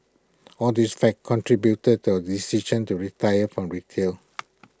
all these factors contributed to our decision to retire from retail